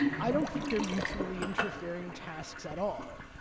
i don't think they're mutually interfering tasks at all.